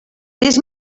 fes